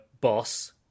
boss